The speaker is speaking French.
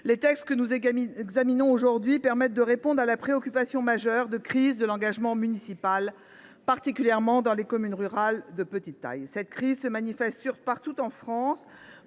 les textes que nous examinons aujourd’hui permettent de répondre à la préoccupation majeure que constitue la crise de l’engagement municipal, particulièrement dans les communes rurales de petite taille. Cette crise se manifeste partout en France